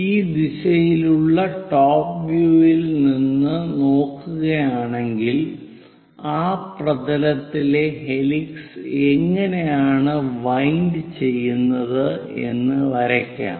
ഈ ദിശയിലുള്ള top view ഇൽ നിന്ന് നോക്കുകയാണെങ്കിൽ ആ പ്രതലത്തിലെ ഹെലിക്സ് എങ്ങനെയാണ് വൈൻഡ് ചെയ്യുന്നത് എന്ന് വരയ്ക്കാം